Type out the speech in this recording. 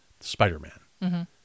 Spider-Man